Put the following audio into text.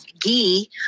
ghee